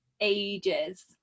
ages